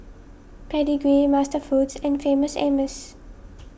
Pedigree MasterFoods and Famous Amos